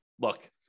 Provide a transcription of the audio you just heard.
look